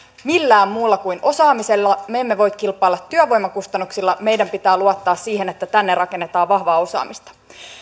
millään muulla kuin osaamisella me emme voi kilpailla työvoimakustannuksilla meidän pitää luottaa siihen että tänne rakennetaan vahvaa osaamista